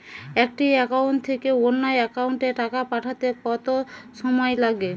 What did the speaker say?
একটি একাউন্ট থেকে অন্য একাউন্টে টাকা পাঠাতে কত সময় লাগে?